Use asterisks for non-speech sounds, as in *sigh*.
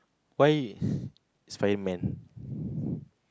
why *breath* spiderman *breath*